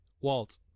Walt